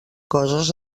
coses